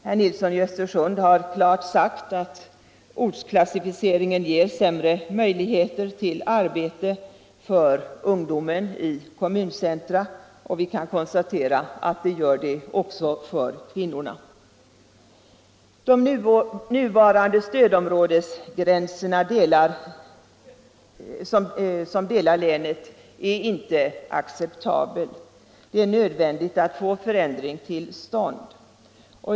Herr Nilsson i Östersund har klart sagt att ortsklassificeringen ger sämre möjligheter till arbete för ungdomen i kommuncentra, och vi kan konstatera att så också blir fallet för kvinnorna. Den nuvarande stödområdesgränsen som delar länet är inte acceptabel. Det är nödvändigt att få till stånd en förändring.